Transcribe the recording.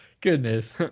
Goodness